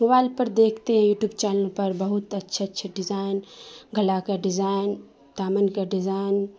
mobile پر دیکھتے ہیں یوٹیوب چینل پر بہت اچھے اچھے ڈیزائن گلا کا ڈیزائن دامن کا ڈیزائن